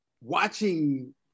watching